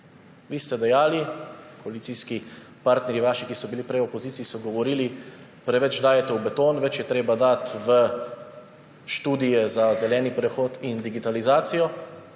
Vi ste dejali, vaši koalicijski partnerji, ki so bili prej v opoziciji, so govorili, preveč dajete v beton, več je treba dati v študije za zeleni prehod in digitalizacijo.